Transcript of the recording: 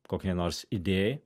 kokiai nors idėjai